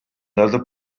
other